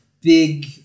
Big